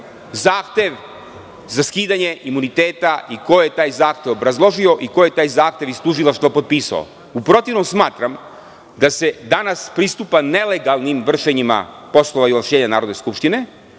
zahtev za skidanje imuniteta i ko je taj zahtev obrazložio i ko je taj zahtev iz tužilaštva potpisao.U protivnom smatram da se danas pristupa nelegalnim vršenjima poslova Narodne skupštine